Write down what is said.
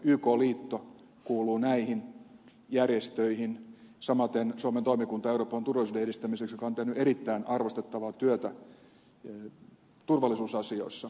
yk liitto kuuluu näihin järjestöihin samaten suomen toimikunta euroopan turvallisuuden edistämiseksi joka on tehnyt erittäin arvostettavaa työtä turvallisuusasioissa